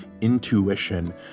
intuition